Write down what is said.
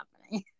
happening